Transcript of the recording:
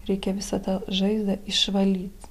reikia visą tą žaizdą išvalyt